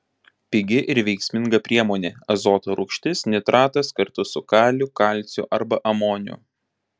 pigi ir veiksminga priemonė azoto rūgštis nitratas kartu su kaliu kalciu arba amoniu